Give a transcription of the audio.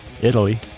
italy